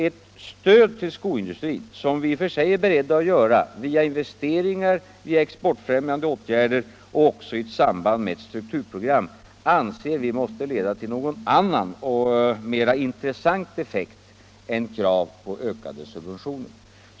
Ett stöd till skoindustrin — vilket vi i och för sig är beredda att lämna via investeringar, via exportfrämjande åtgärder och även i samband med ett strukturprogram — anser vi måste leda till någon annan och mera intressant effekt än bara till krav på ökade subventioner.